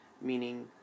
meaning